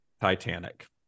Titanic